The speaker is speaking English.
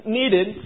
needed